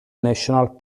national